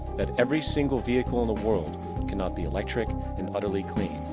that every single vehicle in the world cannot be electric and utterly clean,